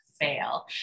fail